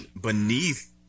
beneath